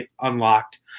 unlocked